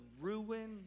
ruin